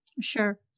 Sure